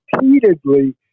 repeatedly